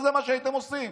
זה מה שהייתם עושים.